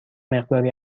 مقداری